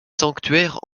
sanctuaire